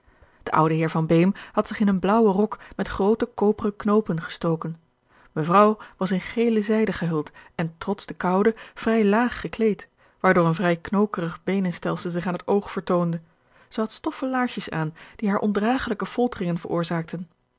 de oude heer van beem had zich in een blaauwen rok met groote george een ongeluksvogel koperen knoopen gestoken mevrouw was in gele zijde gehuld en trots de koude vrij laag gekleed waardoor een vrij knokerig beenenstelsel zich aan het oog vertoonde zij had stoffen laarsjes aan die haar ondragelijke folteringen veroorzaakten